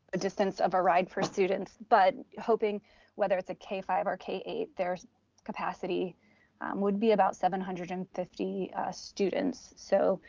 a distance of a ride for students, but hoping whether it's a k five or k eight there's capacity would be about seven hundred and fifty students. so,